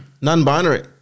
Non-binary